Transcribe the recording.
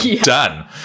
Done